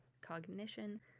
cognition